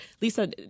Lisa